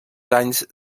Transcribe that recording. anys